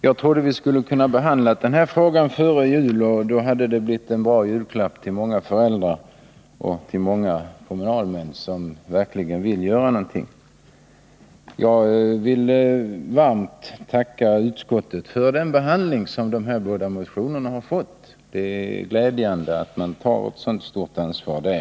Jag trodde att vi skulle ha kunnat behandla den här frågan före jul, och då hade ett beslut i enlighet med utskottets hemställan blivit en bra julklapp till de många föräldrar och kommunalmän som verkligen vill göra någonting åt detta. Jag vill dock varmt tacka utskottet för den behandling som de båda motionerna nu har fått. Det är glädjande att utskottet tagit ett sådant stort ansvar.